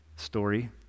story